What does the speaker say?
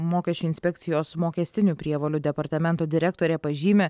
mokesčių inspekcijos mokestinių prievolių departamento direktorė pažymi